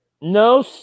no